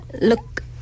Look